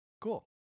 cool